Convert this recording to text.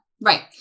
Right